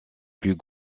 plus